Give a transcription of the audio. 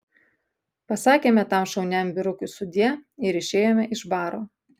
pasakėme tam šauniam vyrukui sudie ir išėjome iš baro